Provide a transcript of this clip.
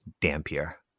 dampier